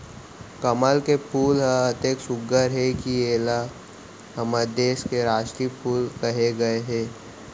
कमल के फूल ह अतेक सुग्घर हे कि एला हमर देस के रास्टीय फूल कहे गए हे